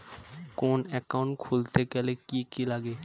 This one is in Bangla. কোন একাউন্ট খুলতে গেলে কি কি লাগে?